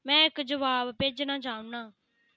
में इक जवाब भेजना चाह्न्नां